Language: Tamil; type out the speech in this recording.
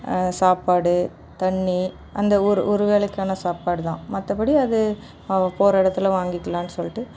சாப்பாடு தண்ணி அந்த ஒரு ஒரு வேலைக்கான சாப்பாடுதான் மற்றபடி அது போகிற இடத்துல வாங்கிக்கலாம்னு சொல்லிட்டு